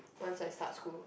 once I start school